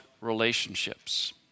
relationships